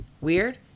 Weird